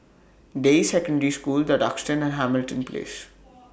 Deyi Secondary School The Duxton and Hamilton Place